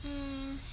mm